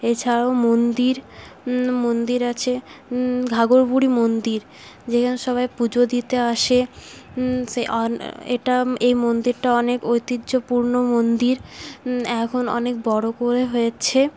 এছাড়াও মন্দির মন্দির আছে ঘাঘর বুড়ি মন্দির যেখানে সবাই পুজো দিতে আসে এটা এই মন্দিরটা অনেক ঐতিহ্যপূর্ণ মন্দির এখন অনেক বড় করে হয়েছে